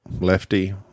Lefty